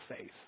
faith